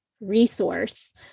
resource